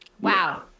Wow